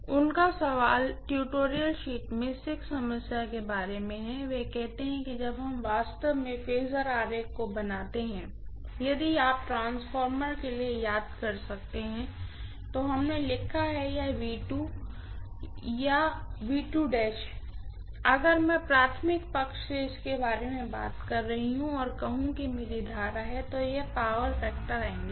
उनका सवाल tutorial sheet में 6th समस्या के बारे में है वे कहते हैं कि जब हम वास्तव में फेजर डायग्राम को बनाते हैं यदि आप ट्रांसफार्मर के लिए याद कर सकते हैं तो हमने लिखा है कि यह है या अगर मैं प्राइमरी साइड से इसके बारे में बात कर रही हूँ और कहूं कि मेरी करंट है तो यह पावर फैक्टर एंगल है